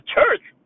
church